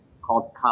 called